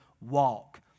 walk